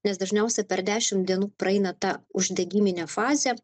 nes dažniausia per dešim dienų praeina ta uždegiminė fazė